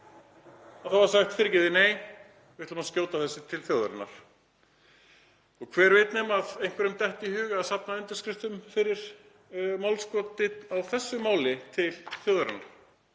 þá er sagt: Fyrirgefið, nei, við ætlum að skjóta þessu til þjóðarinnar. Hver veit nema einhverjum detti í hug að safna undirskriftum fyrir málskoti á þessu máli til þjóðarinnar,